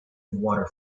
water